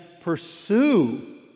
pursue